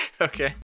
Okay